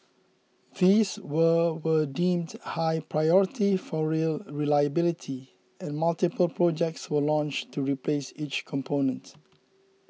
these were were deemed high priority for rail reliability and multiple projects were launched to replace each component